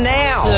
now